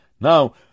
Now